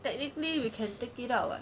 technically we can take it out [what]